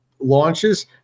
launches